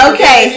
Okay